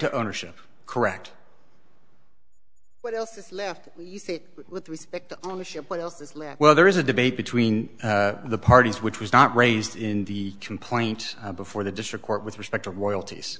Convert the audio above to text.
to ownership correct what else is left with respect to ownership well there is a debate between the parties which was not raised in the complaint before the district court with respect royalties